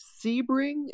Sebring